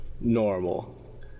normal